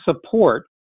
support